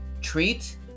treat